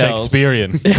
Shakespearean